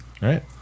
Right